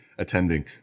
attending